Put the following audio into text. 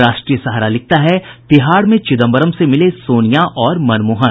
राष्ट्रीय सहारा लिखता है तिहाड़ में चिदम्बरम से मिले सोनिया और मनमोहन